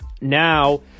Now